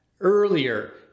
earlier